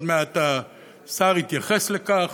עוד מעט השר יתייחס לכך.